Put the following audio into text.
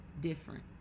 different